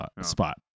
spot